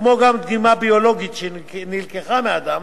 כמו גם דגימה ביולוגית שנלקחה מאדם,